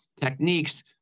techniques